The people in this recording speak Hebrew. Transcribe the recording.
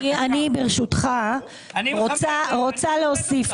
ברשותך, אני רוצה להוסיף.